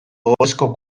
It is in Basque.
ohorezko